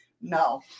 no